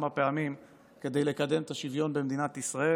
פעמים כדי לקדם את השוויון במדינת ישראל